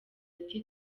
ati